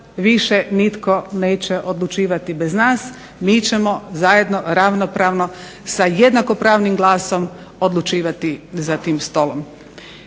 više nitko neće odlučivati bez nas, mi ćemo zajedno, ravnopravno sa jednakopravnim glasom odlučivati za tim stolom.